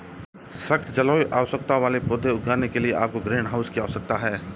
सख्त जलवायु आवश्यकताओं वाले पौधे उगाने के लिए आपको ग्रीनहाउस की आवश्यकता है